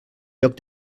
lloc